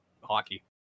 hockey